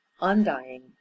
undying